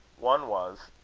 one was,